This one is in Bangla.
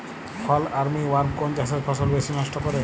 ফল আর্মি ওয়ার্ম কোন চাষের ফসল বেশি নষ্ট করে?